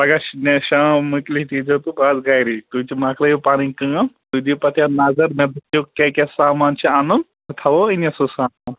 پگاہ نہ شام مَکلِتھ یِیٖزیٚو تہٕ بہٕ آسہٕ گَری تُہۍ تہِ مَکلٲیُو پَنٕنۍ کٲم تُہۍ دِیُو پتہٕ یَتھ نظر مےٚ دَپیُو کیٛاہ کیٛاہ سامان چھِ اَنُن بہٕ تھاوَو أنِتھ سُہ سامان